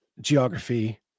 geography